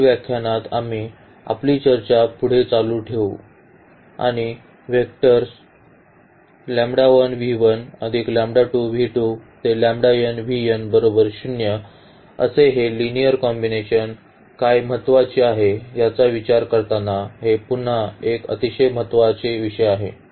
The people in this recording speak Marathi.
पुढील व्याख्यानात आम्ही आपली चर्चा पुढे चालू ठेवू या आणि व्हॅक्टर्स l असे हे लिनिअर कॉम्बिनेशन काय महत्त्वाचे आहे याचा विचार करताना हे पुन्हा एक अतिशय महत्त्वाचे विषय आहे